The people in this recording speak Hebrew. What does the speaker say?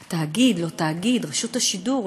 תאגיד, לא תאגיד, רשות השידור,